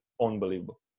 unbelievable